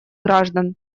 граждан